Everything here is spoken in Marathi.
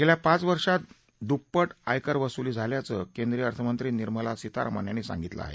गेल्या पाच वर्षात दुप्पट आयकर वसुली झाल्याचं केंद्रीय अर्थमंत्री निर्मला सीतारामन यांनी सांगितल आहे